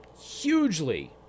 hugely